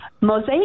Mosaic